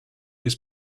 his